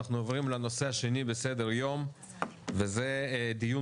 אנחנו עוברים לנושא השני בסדר היום וזה דיון